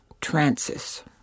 trances